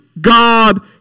God